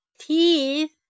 teeth